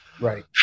right